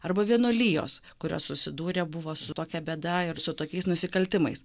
arba vienuolijos kurios susidūrė buvo su tokia bėda ir su tokiais nusikaltimais